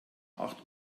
acht